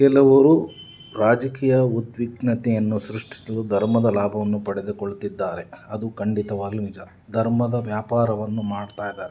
ಕೆಲವರು ರಾಜಕೀಯ ಉದ್ವಿಗ್ನತೆಯನ್ನು ಸೃಷ್ಟಿಸಲು ಧರ್ಮದ ಲಾಭವನ್ನು ಪಡೆದುಕೊಳ್ಳುತ್ತಿದ್ದಾರೆ ಅದು ಖಂಡಿತವಾಗಲೂ ನಿಜ ಧರ್ಮದ ವ್ಯಾಪಾರವನ್ನು ಮಾಡ್ತಾ ಇದ್ದಾರೆ